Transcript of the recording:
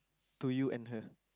to you and her